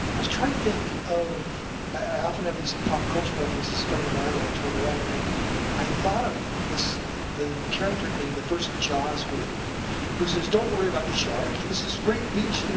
i was trying to think of i often have these pop culture references come into mind when i'm trying to write, and i i thought of the character in the first jaws movie who says, don't worry about the shark, this is great beach,